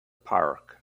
park